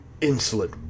insolent